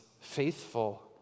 faithful